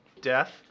death